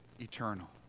eternal